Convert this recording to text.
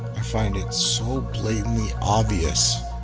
i find it so blatantly obvious